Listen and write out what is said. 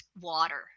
water